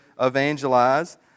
evangelize